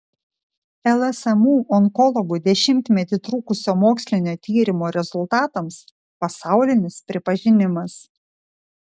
lsmu onkologų dešimtmetį trukusio mokslinio tyrimo rezultatams pasaulinis pripažinimas